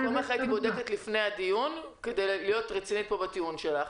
אני במקומך הייתי בודקת לפני הדיון כדי להיות רצינית בטיעון שלך,